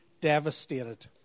devastated